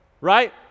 Right